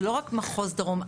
זה לא רק מחוז דרום.